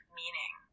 meaning